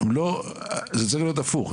זה צריך להיות הפוך,